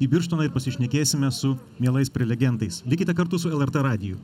į birštoną ir pasišnekėsime su mielais prelegentais likite kartu su lrt radiju